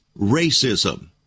racism